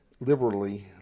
liberally